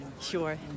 Sure